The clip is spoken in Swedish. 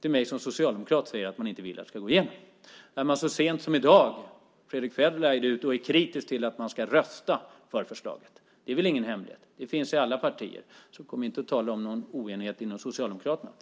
till mig som socialdemokrat att de inte vill att det ska gå igenom. Så sent som i dag gick Fredrick Federley ut och var kritisk mot att man ska rösta för förslaget. Det är ingen hemlighet; det finns i alla partier. Så kom inte och tala om någon oenighet inom Socialdemokraterna.